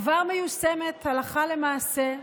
כבר מיושמת הלכה למעשה,